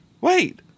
Wait